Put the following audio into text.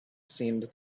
seemed